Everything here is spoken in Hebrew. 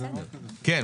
אכן,